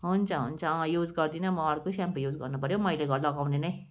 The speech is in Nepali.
हुन्छ हुन्छ अँ युज गर्दिनँ म अर्कै स्याम्पो गर्नु पऱ्यो मैले गर लगाउने नै